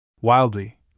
Wildly